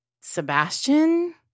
Sebastian